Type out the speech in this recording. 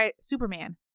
Superman